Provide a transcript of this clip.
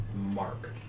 mark